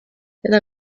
teda